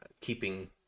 keeping